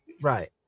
Right